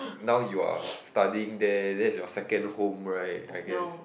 now you are studying there that's your second home right I guess